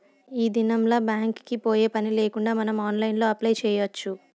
ఈ దినంల్ల బ్యాంక్ కి పోయే పనిలేకుండా మనం ఆన్లైన్లో అప్లై చేయచ్చు